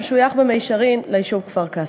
המשויך במישרין ליישוב כפר-קאסם.